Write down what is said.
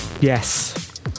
Yes